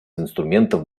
инструментов